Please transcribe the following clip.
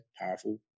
powerful